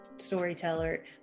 storyteller